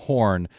Horn